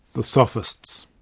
the sophists.